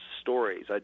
stories